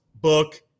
book